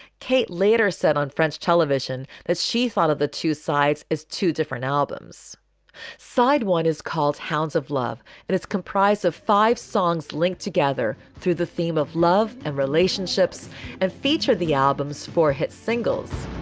kate later said on french television that she thought of the two sides as two different albums side one is called hounds of love and it's comprised of five songs linked together through the theme of love and relationships and featured the album's four hit singles